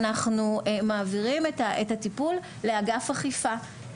אנחנו גם מעבירים את הטיפול לאגף אכיפה,